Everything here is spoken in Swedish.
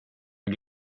med